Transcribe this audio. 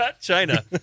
China